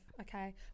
okay